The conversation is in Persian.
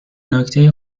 نکته